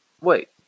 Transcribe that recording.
wait